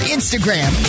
Instagram